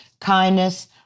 kindness